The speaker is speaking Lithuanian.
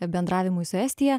bendravimui su estija